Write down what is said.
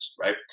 right